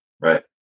right